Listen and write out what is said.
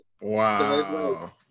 Wow